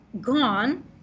gone